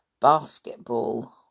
basketball